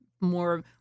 more